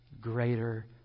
greater